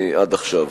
עד עכשיו.